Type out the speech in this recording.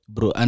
Bro